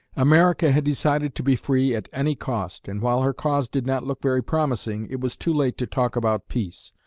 america had decided to be free at any cost, and while her cause did not look very promising, it was too late to talk about peace.